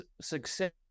success